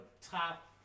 top